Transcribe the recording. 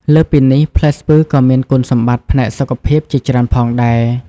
លើសពីនេះ ផ្លែស្ពឺក៏មានគុណសម្បត្តិផ្នែកសុខភាពជាច្រើនផងដែរ។